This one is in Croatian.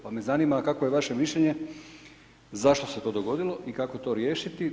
Pa me zanima kakvo je vaše mišljenje zašto se to dogodilo i kako to riješiti?